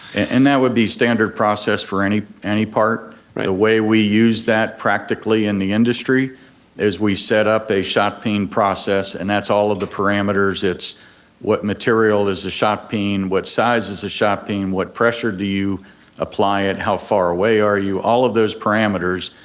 and that would be standard process for any any part. the way we use that practically in the industry is we set up a shot peen process and that's all of the parameters, it's what material is the shot peen, what size is the shot peen, what pressure do you apply it, how far away are you, all of those parameters,